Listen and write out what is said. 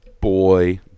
boy